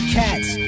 cats